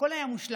הכול היה מושלם,